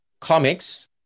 comics